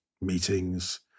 meetings